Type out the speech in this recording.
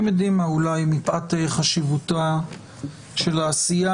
אני מניח שתידרש לנו עוד פגישה בנושא בשל אורך התקנות.